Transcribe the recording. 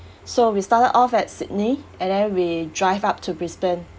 so we started off at sydney and then we drive up to brisbane